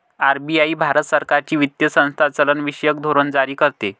RBI Bharat सरकारची वित्तीय संस्था चलनविषयक धोरण जारी करते